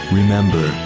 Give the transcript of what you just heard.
remember